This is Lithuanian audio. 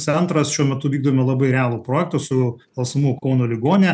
centras šiuo metu vykdome labai realų projektą su lsmu kauno ligonine